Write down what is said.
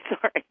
sorry